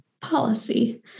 policy